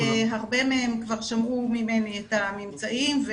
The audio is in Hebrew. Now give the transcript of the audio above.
הרבה מהם שמעו ממני את הממצאים.